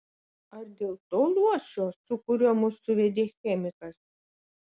ar dėl to luošio su kuriuo mus suvedė chemikas